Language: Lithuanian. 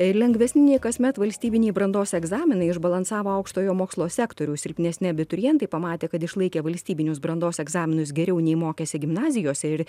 lengvesni nei kasmet valstybiniai brandos egzaminai išbalansavo aukštojo mokslo sektoriaus silpnesni abiturientai pamatė kad išlaikė valstybinius brandos egzaminus geriau nei mokėsi gimnazijose ir